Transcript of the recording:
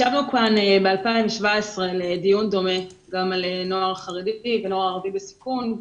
ישבנו כאן ב-2017 לדיון דומה גם על נוער חרדי ונוער ערבי בסיכון.